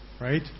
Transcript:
Right